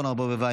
אורנה ברביבאי,